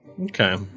Okay